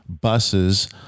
buses